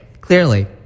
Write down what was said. Clearly